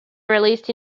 released